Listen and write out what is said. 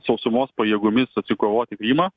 sausumos pajėgomis atsikovoti krymą